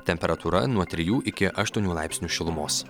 temperatūra nuo trijų iki aštuonių laipsnių šilumos